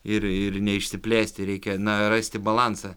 ir ir neišsiplėsti reikia rasti balansą